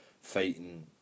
fighting